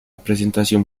presentación